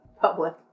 public